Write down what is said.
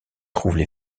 trouvent